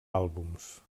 àlbums